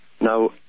now